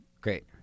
Great